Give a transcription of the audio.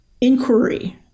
inquiry